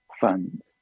funds